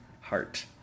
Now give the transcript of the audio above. Heart